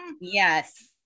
Yes